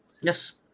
Yes